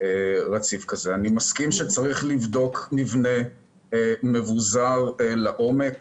אני מסכים שצריך לבדוק מבנה מבוזר לעומק